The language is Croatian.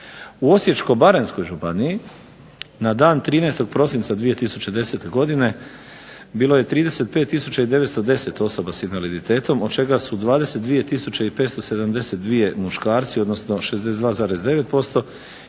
U Osječko-baranjskoj županiji na dan 13. prosinaca 2010. godine bilo je 35 tisuća 910 osoba sa invaliditetom od čega su 22 tisuće 572 muškarci odnosno 62,9%